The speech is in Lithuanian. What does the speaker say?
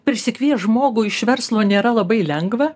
prisikviest žmogų iš verslo nėra labai lengva